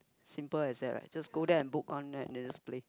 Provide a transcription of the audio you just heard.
simple as that right just go there and book one net and just play